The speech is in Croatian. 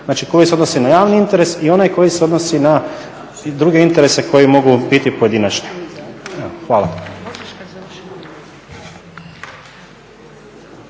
znači koji se odnose na javni interes i onaj koji se odnosi na druge interese koji mogu biti pojedinačni. Hvala.